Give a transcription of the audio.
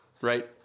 right